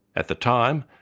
at the time,